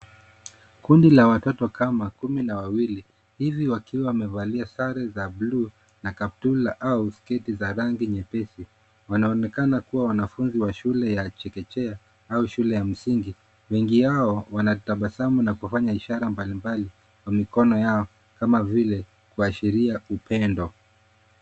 Kundi la watoto kama kumi na wawili. Hivi wakiwa wamevalia sare za buluu na kaptura au sketi za rangi nyepesi .Wanaonekana kuwa wanafunzi wa shule ya chekechea au shule ya msingi. Wengi wao wanatabasamu na kufanya ishara mbalimbali kwa mikono yao kama vile kiashiria upendo.